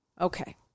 Okay